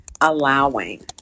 allowing